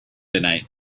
tonight